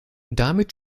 damit